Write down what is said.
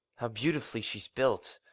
how beautifully she's built!